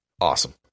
Awesome